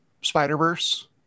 Spider-Verse